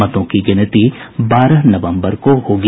मतों की गिनती बारह नवम्बर को होगी